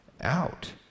out